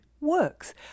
works